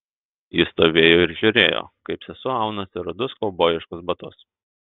ji stovėjo ir žiūrėjo kaip sesuo aunasi rudus kaubojiškus batus